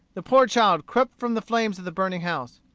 the poor child crept from the flames of the burning house.